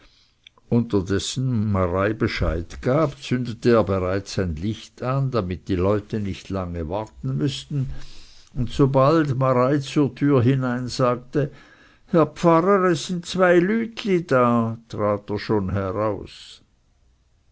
unterdessen marei bescheid gab zündete er bereits ein licht an damit die leute nicht lange warten müßten und sobald marei zur türe hinein sagte herr pfarrer es sind zwei lütli da trat er schon heraus